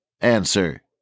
answer